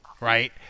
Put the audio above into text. Right